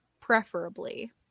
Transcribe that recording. preferably